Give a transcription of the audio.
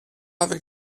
avec